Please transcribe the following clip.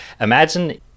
imagine